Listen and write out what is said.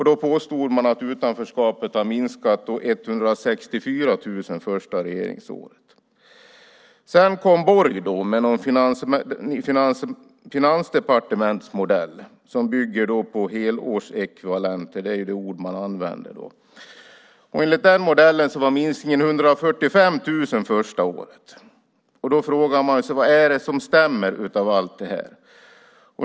Då påstod man att utanförskapet hade minskat med 164 000 personer under det första regeringsåret. Sedan kom Borg med Finansdepartementets modell, som bygger på helårsekvivalenter, som är det ord man använder. Enligt den modellen var minskningen 145 000 första året. Man kan fråga sig vad det är som stämmer av allt detta.